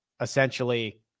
Essentially